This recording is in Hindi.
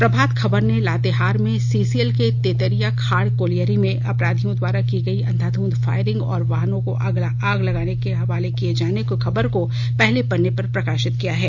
प्रभात खबर ने लातेहार में सीसीएल के तेतरियाखाड़ कोलियरी में अपराधियों द्वारा की गई अंधाधंध फायरिंग और वाहनों को आग के हवाले किए जाने की खबर को पहले पन्ने पर प्रकाशित किया है